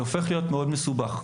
זה הופך ליותר מאוד מסובך.